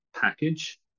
package